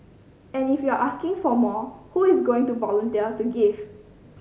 and if you are asking for more who is going to volunteer to give